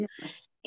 yes